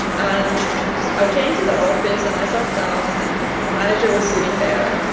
and i came to the office, and i sat down, and the manager was sitting there,